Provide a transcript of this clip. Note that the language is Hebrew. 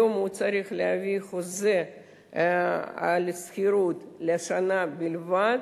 היום הם צריכים להביא חוזה שכירות לשנה בלבד,